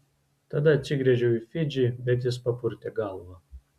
tada atsigręžiau į fidžį bet jis papurtė galvą